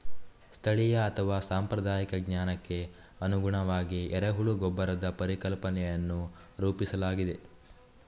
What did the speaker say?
ಸ್ಥಳೀಯ ಅಥವಾ ಸಾಂಪ್ರದಾಯಿಕ ಜ್ಞಾನಕ್ಕೆ ಅನುಗುಣವಾಗಿ ಎರೆಹುಳ ಗೊಬ್ಬರದ ಪರಿಕಲ್ಪನೆಯನ್ನು ರೂಪಿಸಲಾಗಿದೆ